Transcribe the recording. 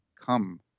come